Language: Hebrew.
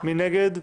מי נגד?